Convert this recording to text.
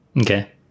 Okay